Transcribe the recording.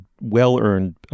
well-earned